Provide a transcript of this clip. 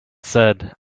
said